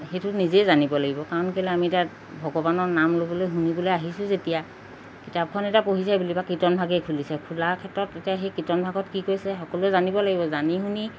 সেইটো নিজেই জানিব লাগিব কাৰণ কেলে আমি তাত ভগৱানৰ নাম ল'বলৈ শুনিবলৈ আহিছোঁ যেতিয়া কিতাপখন এতিয়া পঢ়িছে বুলি বা কীৰ্তনভাগেই খুলিছে খোলাৰ ক্ষেত্ৰত এতিয়া সেই কীৰ্তনভাগত কি কৈছে সকলোৱে জানিব লাগিব জানি শুনি